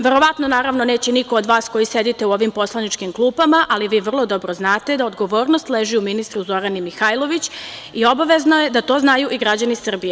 Verovatno neće niko od vas koji sedite u ovim poslaničkim klupama, ali vi vrlo dobro znate da odgovornost leži u ministru Zorani Mihajlović i obavezno je da to znaju i građani Srbije.